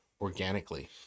organically